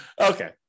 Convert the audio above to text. Okay